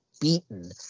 beaten